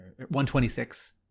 126